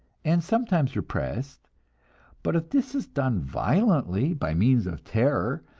and sometimes repressed but if this is done violently, by means of terror,